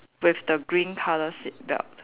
with the green colour seat belt